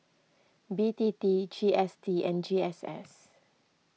B T T G S T and G S S